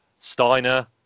Steiner